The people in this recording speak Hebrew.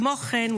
כמו כן,